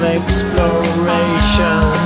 exploration